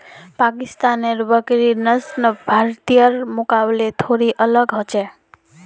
पाकिस्तानेर बकरिर नस्ल भारतीयर मुकाबले थोड़ी अलग ह छेक